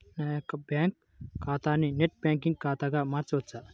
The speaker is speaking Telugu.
నా యొక్క బ్యాంకు ఖాతాని నెట్ బ్యాంకింగ్ ఖాతాగా మార్చవచ్చా?